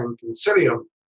Consilium